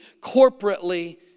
corporately